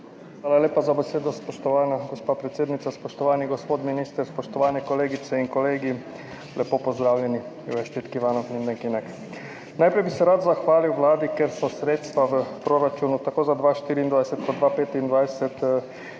Hvala lepa za besedo, spoštovana gospa predsednica. Spoštovani gospod minister, spoštovane kolegice in kolegi, lepo pozdravljeni! Mindenkit sok szeretettel köszöntök! Najprej bi se rad zahvalil Vladi, ker se sredstva v proračunu tako za 2024 kot 2025, ki